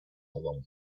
along